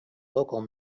local